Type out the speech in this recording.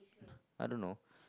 I don't know